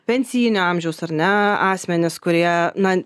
pensijinio amžiaus ar ne asmenis kurie na